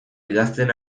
idazten